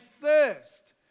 thirst